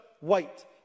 white